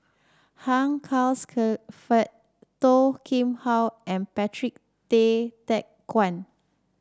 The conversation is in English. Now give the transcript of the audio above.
Hugh Charles Clifford Toh Kim Hwa and Patrick Tay Teck Guan